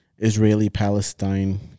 Israeli-Palestine